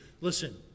Listen